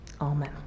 Amen